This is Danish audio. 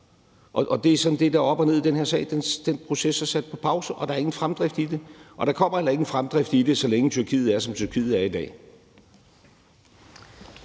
Og det er det, der er op og ned i den her sag: Den proces er sat på pause, og der er ingen fremdrift i det, og der kommer heller ikke nogen fremdrift i det, så længe Tyrkiet er, som Tyrkiet er i dag.